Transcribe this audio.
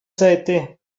seite